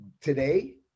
today